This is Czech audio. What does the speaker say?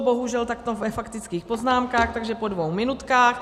Bohužel takto ve faktických poznámkách, takže po dvou minutkách.